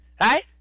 right